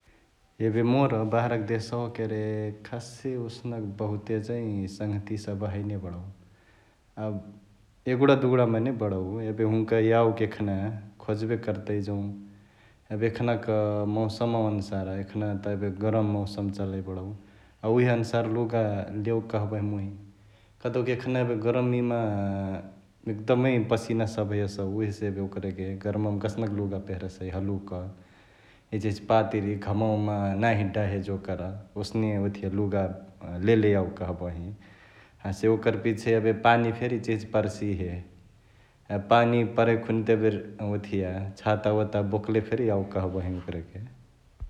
एबे मोर बाहरा क देशवा केरे खासे ओसनक बहुते चैं सङ्हतिया सभ हैने बडउ । एबे यगुडा दुगुडा मने बडउ । एबे हुन्का याओके एखना खोजबे करतई जौं एबे एखना क मौसमवा अनुसार एखाने त एबे गरम मौसम चलई बडउ उहे अनुसार लुगा लेओके कहबही मुंई कतउ कि यखना एबे गर्मिमा एकदमै पसिना सभ यसउ उहेसे एबे ओकरेके गरममा कसनक लुगा पेहरसई हलुक ,इचहिच पातिरि, घमवामा नाही डाहे जोकर ओसने ओथिआ लुगा लेले यावे कहबही । हसे ओकर पिछे एबे पानी फेरी इचहिच पर्सिहे, एबे पानी परैखुनि त एबे ओथिया छातावाता बोकले फेरी यावे कहबही ओकरके ।